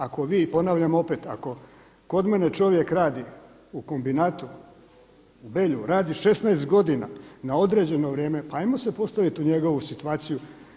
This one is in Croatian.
Ako vi, ponavljam opet ako kod mene čovjek radi u kombinatu u Belju radi 16 godina određeno vrijeme, pa hajmo se postaviti u njegovu situaciju.